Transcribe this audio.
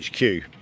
HQ